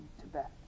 Tibet